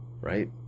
right